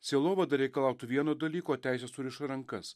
sielovada reikalautų vieno dalyko teisė suriša rankas